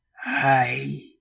Hi